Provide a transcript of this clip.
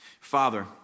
Father